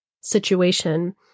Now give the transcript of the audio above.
situation